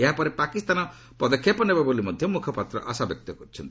ଏହାପରେ ପାକିସ୍ତାନ ପଦକ୍ଷେପ ନେବ ବୋଲି ମଧ୍ୟ ମୁଖପାତ୍ର ଆଶାବ୍ୟକ୍ତ କରିଛନ୍ତି